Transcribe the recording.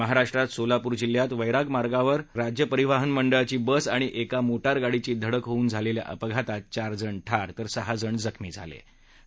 महाराष्ट्रात सोलापूर जिल्ह्यात वैराग मार्गावर राळेरास शेळगावदरम्यान राज्य परिवहन मंडळाची बस आणि एका मोटार गाडीची धडक होऊन झालेल्या अपघातात चार जण ठार तर सहाजण जखमी झाले आहेत